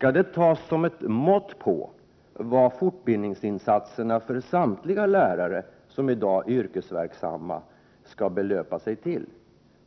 uppfattas som ett mått på vad fortbildningsinsatserna för samtliga i dag yrkesverksamma lärare skall få kosta?